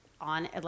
on